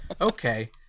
Okay